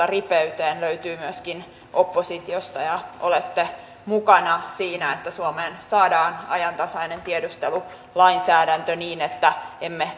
ripeyteen löytyy myöskin oppositiosta ja olette mukana siinä että suomeen saadaan ajantasainen tiedustelulainsäädäntö niin että emme